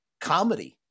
comedy